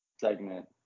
segment